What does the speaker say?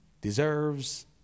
deserves